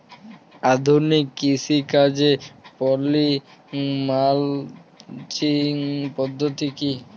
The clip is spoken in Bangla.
আধুনিক কৃষিকাজে পলি মালচিং পদ্ধতি কি?